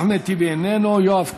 אחמד טיבי, איננו, יואב קיש,